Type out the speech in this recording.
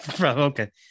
Okay